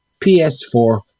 PS4